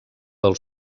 del